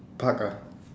park ah